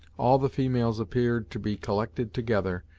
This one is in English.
all the females appeared to be collected together,